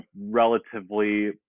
relatively